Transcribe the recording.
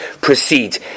proceed